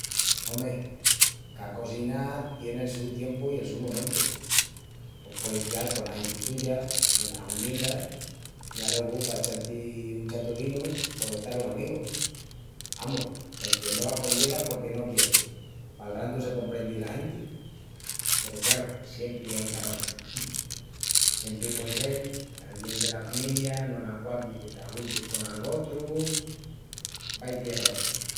Ome, ca cosina tien el su tiempu i el su momentu. Pos pueis queal cona genti tuya enas hundiendas i alogu, pa echal-ti un chatu vinu pos están los amigus. Amus, que'l que no aconllega es porque no quieri. Palrandu se comprendi la genti. Peru craru, siempri ain garronchus. Siempri puei sel que alguién dela familia no l'aquaqui que t'ajuntis con algotru... Vai-ti a sabel!